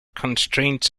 constraints